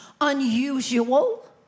unusual